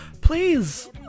Please